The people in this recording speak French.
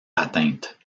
atteintes